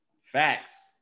Facts